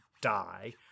die